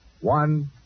One